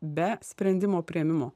be sprendimo priėmimo